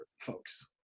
folks